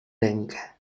rękę